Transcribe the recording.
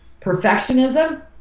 perfectionism